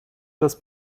das